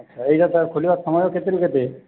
ଏଇଟା ତା ଖୋଲିବା ସମୟ କେତେରୁ କେତେ